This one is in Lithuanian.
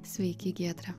sveiki giedre